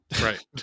right